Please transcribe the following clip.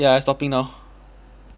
ya I stopping now